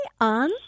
on